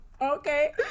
Okay